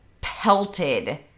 pelted